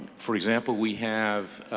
for example, we have,